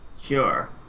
Sure